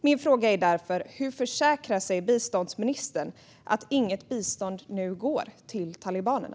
Min fråga är därför: Hur försäkrar sig biståndsministern om att inget bistånd nu går till talibanerna?